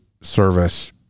service